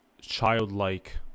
childlike